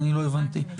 לא הבנתי.